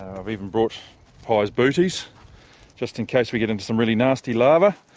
i've even brought pai's booties just in case we get into some really nasty lava.